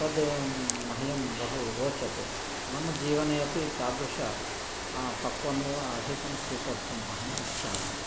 तद् मह्यं बहु रोचते मम जीवने अपि तादृशं पक्वमेव अधिकं स्वीकर्तुम् अहम् इच्छामि